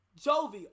Jovi